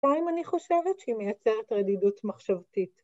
‫גם אם אני חושבת, שהיא מייצרת ‫רדידות מחשבתית.